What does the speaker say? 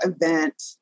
event